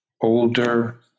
older